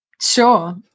Sure